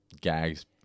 gags